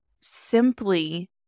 simply